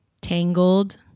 Tangled